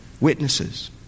witnesses